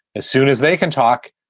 as soon as they can talk,